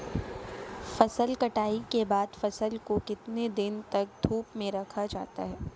फसल कटाई के बाद फ़सल को कितने दिन तक धूप में रखा जाता है?